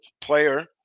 player